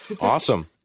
Awesome